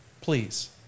Please